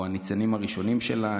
או הניצנים הראשונים שלה,